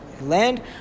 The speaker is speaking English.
land